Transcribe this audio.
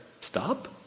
Stop